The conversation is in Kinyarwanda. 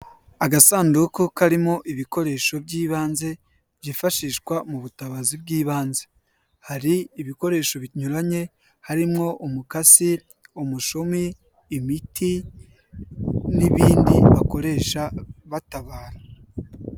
Agasanduku karimo ibikoresho by'ibanze byifashishwa mu butabazi bw'ibanze, hari ibikoresho binyuranye, harimwo umukasi, umushumi, imiti n'ibindi bakoresha batabara.